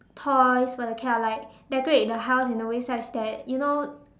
toys for the cat or like decorate the house in a way such that you know